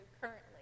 currently